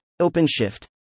OpenShift